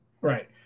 Right